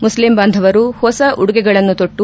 Muslim ಬಾಂಧವರು ಹೊಸ ಉಡುಗೆಗಳನ್ನು ತೊಟ್ಟು